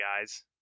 guys